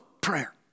Prayer